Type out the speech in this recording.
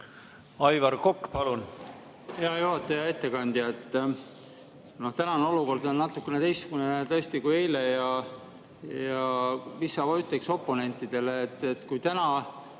Aivar Kokk, palun!